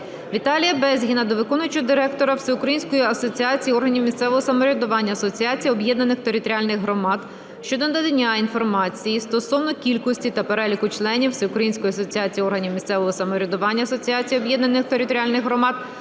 Віталія Безгіна до виконавчого директора Всеукраїнської асоціації органів місцевого самоврядування "Асоціація об'єднаних територіальних громад" щодо надання інформації стосовно кількості та переліку членів Всеукраїнської асоціації органів місцевого самоврядування "Асоціація об'єднаних територіальних громад"